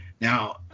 Now